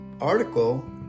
article